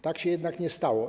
Tak się jednak nie stało.